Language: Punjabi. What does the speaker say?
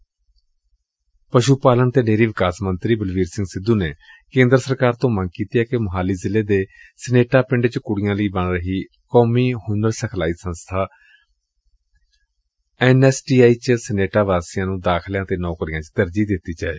ਪੰਜਾਬ ਦੇ ਪਸੁ ਪਾਲਣ ਅਤੇ ਡੇਅਰੀ ਵਿਕਾਸ ਮੰਤਰੀ ਬਲਵੀਰ ਸਿੰਘ ਸਿੱਧੁ ਨੇ ਕੇਂਦਰ ਸਰਕਾਰ ਤੋਂ ਮੰਗ ਕੀਤੀ ਏ ਕਿ ਸੋਹਾਲੀ ਜ਼ਿਲੇ ਦੇ ਸਨੇਟਾ ਪਿੰਡ ਚ ਕੁੜੀਆਂ ਲਈ ਬਣ ਰਹੀ ਕੋਮੀ ਹੁਨਰ ਸਿਖਲਾਈ ਸੰਸਬਾ ਐਨ ਐਸ ਟੀ ਆਈ ਵਿਚ ਸਨੇਟਾ ਵਾਸੀਆਂ ਨੂੰ ਦਾਖਲਿਆਂ ਤੇ ਨੌਕਰੀਆਂ ਚ ਤਰਜੀਹ ਦਿੱਤੀ ਜਾਏ